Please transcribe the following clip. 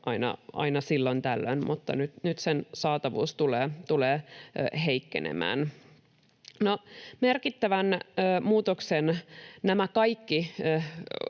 aina silloin tällöin, mutta nyt sen saatavuus tulee heikkenemään. No, merkittävään muutokseen nämä kaikki